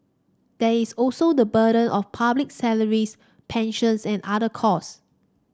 there is also the burden of public salaries pensions and other costs